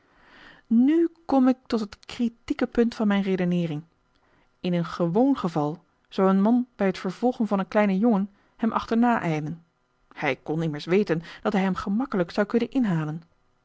nu kom ik tot het critieke punt van mijn redeneering in een gewoon geval zou een man bij het vervolgen van een kleinen jongen hem achterna ijlen hij kon immers weten dat hij hem gemakkelijk zou kunnen inhalen